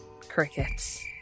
crickets